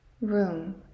Room